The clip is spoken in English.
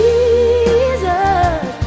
Jesus